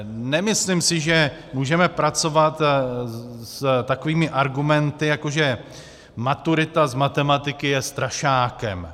Nemyslím si, že můžeme pracovat s takovými argumenty, jako že maturita z matematiky je strašákem.